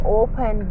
open